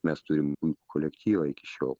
mes turim puikų kolektyvą iki šiol